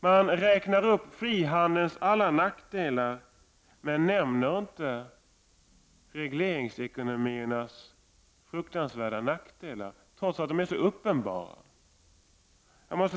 Man räknar upp frihandelns alla nackdelar men nämner inte regleringsekonomiernas fruktansvärda nackdelar, trots att de är så uppenbara.